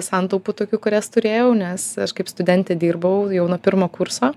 santaupų tokių kurias turėjau nes aš kaip studentė dirbau jau nuo pirmo kurso